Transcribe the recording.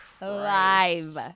live